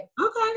Okay